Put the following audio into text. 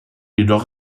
jedoch